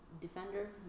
defender